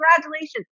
congratulations